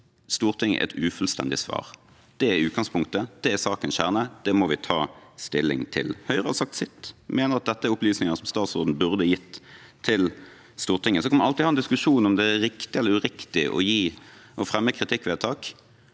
Stortinget et ufullstendig svar. Det er utgangspunktet, det er sakens kjerne, det må vi ta stilling til. Høyre har sagt sitt. Vi mener at dette er opplysninger som statsråden burde gitt til Stortinget. Så kan man alltid ha en diskusjon om det er riktig eller uriktig å fremme kritikkvedtak.